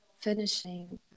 Finishing